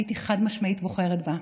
הייתי חד-משמעית בוחרת בה.